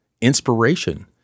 inspiration